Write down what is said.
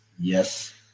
Yes